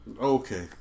Okay